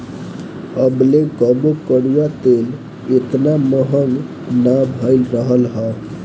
अबले कबो कड़ुआ तेल एतना महंग ना भईल रहल हअ